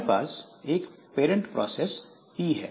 हमारे पास एक पैरंट प्रोसेस P है